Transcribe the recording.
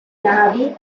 navi